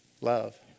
love